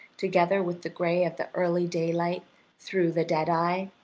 together with the gray of the early daylight through the dead-eye.